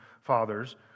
fathers